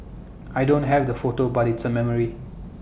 I don't have the photo but it's A memory